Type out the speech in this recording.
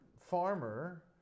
Farmer